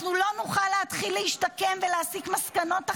אנחנו לא נוכל להשתקם ולהסיק מסקנות אחרת,